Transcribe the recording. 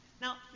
Now